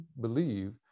believe